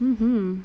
mmhmm